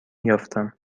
یافتم